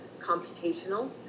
computational